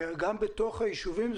גם בתוך הישובים?